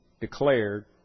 declared